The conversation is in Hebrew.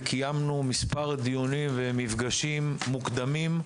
וקיימנו מספר דיונים ומפגשים מוקדמים,